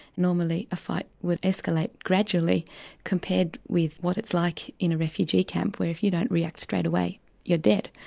normally a fight would escalate gradually compared with what it's like in a refugee camp where if you don't react straight away you're dead.